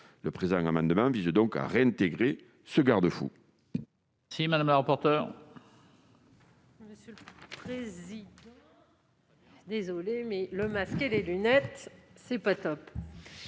Le présent amendement vise à réintégrer ce garde-fou.